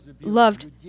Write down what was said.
loved